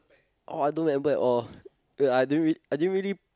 oh I don't remember at all I don't really I didn't really